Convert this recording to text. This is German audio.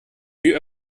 wie